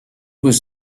was